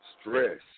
Stress